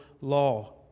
law